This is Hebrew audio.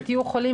כי תהיו חולים,